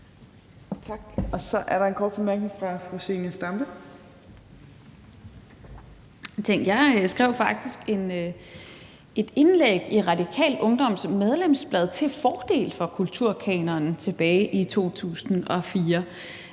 jeg skrev faktisk et indlæg i Radikal Ungdoms medlemsblad til fordel for kulturkanonen tilbage i 2004,